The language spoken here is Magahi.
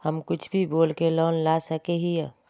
हम कुछ भी बोल के लोन ला सके हिये?